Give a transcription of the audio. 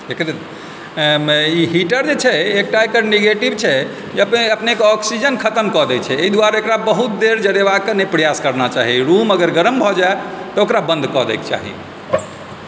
heater जे छै एकटा एकर निगेटिव छै जे अपनेके ऑक्सिजन खतम कऽ दै छै एहि दुआरे एकरा बहुत देर जरेबाक नहि प्रयास करना चाही रूम अगर गरम भऽ जाय ओकरा बन्द कऽ दै के चाही